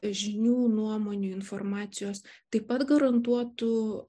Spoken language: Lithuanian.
žinių nuomonių informacijos taip pat garantuotų